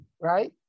right